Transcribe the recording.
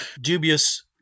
Dubious